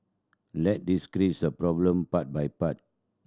let's this problem part by part